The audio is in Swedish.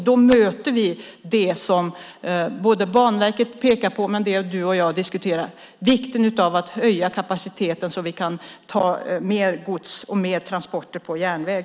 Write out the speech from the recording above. Då möter vi det som Banverket pekar på och det som du och jag diskuterar, vikten av att höja kapaciteten så att vi kan ta mer gods och transporter på järnväg.